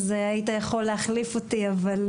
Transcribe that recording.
היית יכול להחליף אותי אבל,